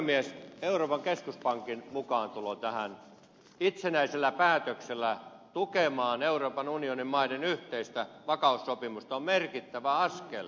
euroopan keskuspankin mukaantulo itsenäisellä päätöksellä tähän tukemaan euroopan unionin maiden yhteistä vakaussopimusta on merkittävä askel